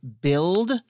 build